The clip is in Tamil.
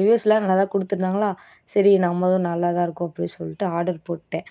ரிவ்யூஸ்லாம் நல்லா தான் கொடுத்துருந்தாங்களா சரி நம்மளுதும் நல்லா தான் இருக்கும் அப்படின் சொல்லிட்டு ஆர்டர் போட்டுடேன்